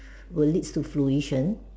will leads to fruition